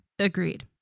Agreed